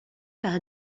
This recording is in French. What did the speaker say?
par